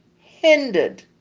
hindered